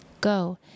Go